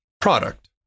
product